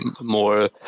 more